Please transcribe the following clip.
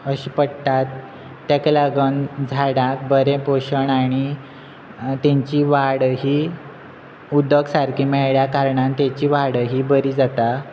अशें पडटा ताका लागून झाडाक बरें पोशण आनी तांची वाड ही उदक सारकी मेळ्ळ्या कारणान तांची वाड ही बरी जाता